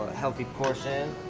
healthy portion.